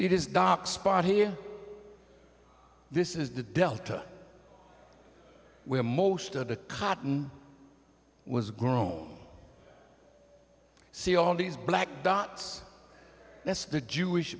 it is dark spot here this is the delta where most of the cotton was grown see all these black dots that's the jewish